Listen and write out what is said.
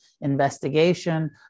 investigation